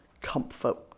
comfort